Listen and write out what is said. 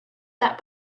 that